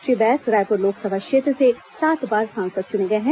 श्री बैस रायपुर लोकसभा क्षेत्र से सात बार सांसद चुने गए हैं